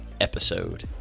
episode